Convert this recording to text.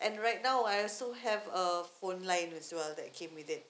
and right now I also have a phone line as well that came with it